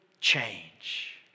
change